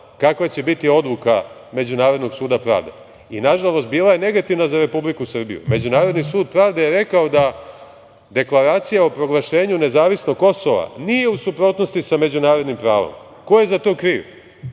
kakva će biti odluka Međunarodnog suda pravde i, nažalost, bila je negativna za Republiku Srbiju. Međunarodni sud pravde je rekao da deklaracija o proglašenju nezavisnog Kosova nije u suprotnosti sa međunarodnim pravom. Ko je za to kriv?